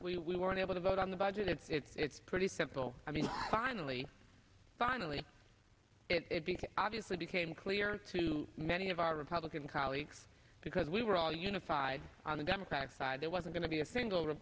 we weren't able to vote on the budget and it's pretty simple i mean finally finally it became obviously became clear to many of our republican colleagues because we were all unified on the democratic side there was going to be a single